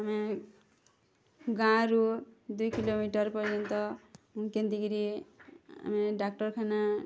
ଆମେ ଗାଁରୁ ଦୁଇ କିଲୋମିଟର ପର୍ଯ୍ୟନ୍ତ କେନ୍ତି କିରି ଆମେ ଡ଼ାକ୍ଟରଖାନା